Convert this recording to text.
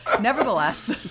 nevertheless